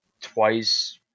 twice